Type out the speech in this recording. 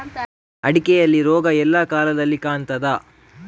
ಅಡಿಕೆಯಲ್ಲಿ ರೋಗ ಎಲ್ಲಾ ಕಾಲದಲ್ಲಿ ಕಾಣ್ತದ?